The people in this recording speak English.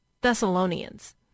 Thessalonians